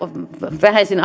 vähensin